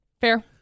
Fair